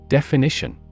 Definition